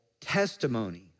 testimony